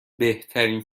بهترین